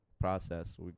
process